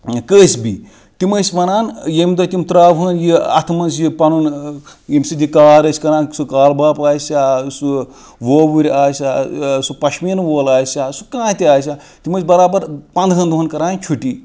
کٲسِبی تِم ٲسۍ وَنان ییٚمہِ دۄہ تِم ترٛاوہن یہِ اَتھٕ منٛز یہِ پنُن ییٚمہ سۭتۍ یہٕ کار ٲسۍ کَران سُہ کالباب آسہِ ہا سُہ وووُرۍ آسہِ ہا سُہ پَشمیٖن وول آسہِ ہا سُہ کانٛہہ تہِ آسہِ ہا تِم ٲسۍ بِرابر پَنٛدہن دۄہن کَران چھُٹی